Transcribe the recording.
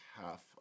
half